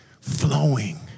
flowing